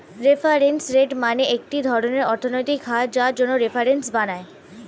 reference rate মানে একটি ধরনের অর্থনৈতিক হার যার জন্য রেফারেন্স বানায়